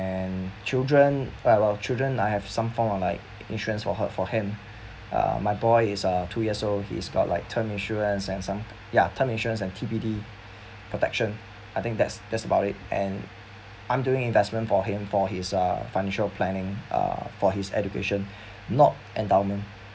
and children uh well children I have some form of like insurance for her for him uh my boy is uh two years old he's got like term insurance and some ya term insurance and T_P_D protection I think that's that's about it and I'm doing investment for him for his uh financial planning uh for his education not endowment